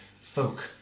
folk